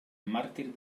mártir